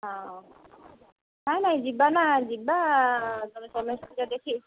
ହଁ ନାଇଁ ନାଇଁ ଯିବାନା ଯିବା ସମୟ ସୁବିଧା ଦେଖି